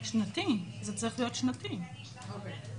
זאת אומרת,